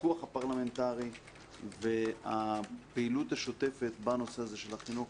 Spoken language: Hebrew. הפיקוח הפרלמנטרי והפעילות השוטפת בנושא הזה של החינוך